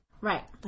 Right